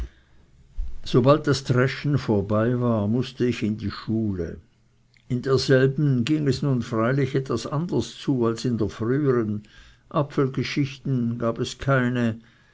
sobald das dreschen vorbei war mußte ich in die schule in derselben ging es nun freilich etwas anders zu als in der frühern apfelgeschichten gab es keine